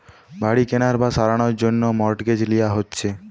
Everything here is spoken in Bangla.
বাড়ি কেনার বা সারানোর জন্যে মর্টগেজ লিয়া হচ্ছে